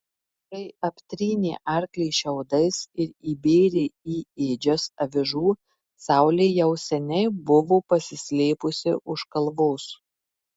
kai aptrynė arklį šiaudais ir įbėrė į ėdžias avižų saulė jau seniai buvo pasislėpusi už kalvos